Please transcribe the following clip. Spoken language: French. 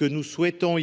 Nous souhaitons